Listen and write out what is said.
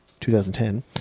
2010